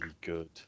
good